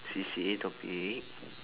C_C_A topic